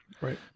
Right